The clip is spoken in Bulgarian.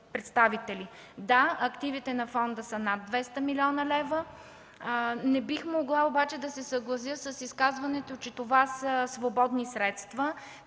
Да, активите на фонда са над 200 млн. лв., не бих могла обаче да се съглася с изказването, че това са свободни средства.